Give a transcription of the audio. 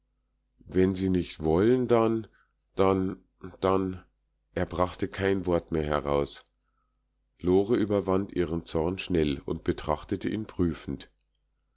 wenn sie nicht wollen dann dann dann er brachte kein wort mehr heraus lore überwand ihren zorn schnell und betrachtete ihn prüfend